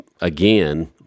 again